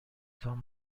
تان